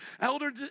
elders